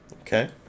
Okay